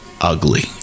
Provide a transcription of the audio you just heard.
ugly